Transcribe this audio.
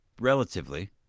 relatively